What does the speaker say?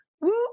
Woo